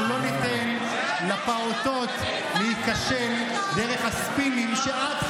אנחנו לא ניתן לפעוטות להיכשל דרך הספינים שאת,